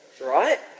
right